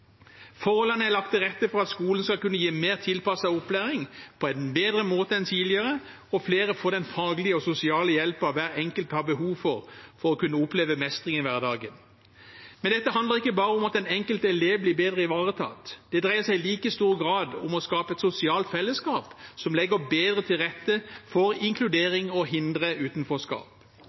Forholdene er lagt til rette for at skolen skal kunne gi mer tilpasset opplæring på en bedre måte enn tidligere, og flere får den faglige og sosiale hjelpen hver enkelt har behov for for å kunne oppleve mestring i hverdagen. Men dette handler ikke bare om at den enkelte elev blir bedre ivaretatt. Det dreier seg i like stor grad om å skape et sosialt fellesskap som legger bedre til rette for inkludering og å hindre